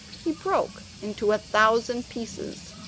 he broke into a thousand pieces.